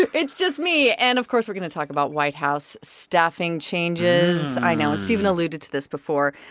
it's just me. and of course, we're going to talk about white house staffing changes. i know. and stephen alluded to this before.